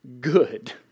good